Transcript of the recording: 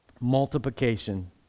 multiplication